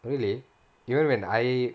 really even when I